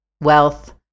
wealth